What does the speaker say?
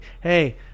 Hey